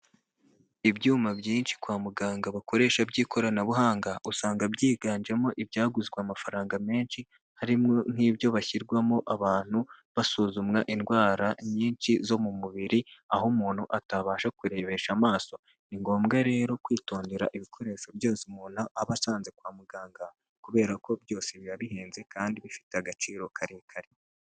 Ibyuma byinshi kwa muganga bakoresha by'ikoranabuhanga usanga byiganjemo ibyaguzwe amafaranga menshi harimo nk'ibyo bashyirwamo abantu basuzumwa indwara nyinshi zo mu mubiri aho umuntu atabasha kurebesha amaso ni ngombwa rero kwitondera ibikoresho byose umuntu aba asanze kwa muganga kubera ko byose biba bihenze kandi bifite agaciro karekare.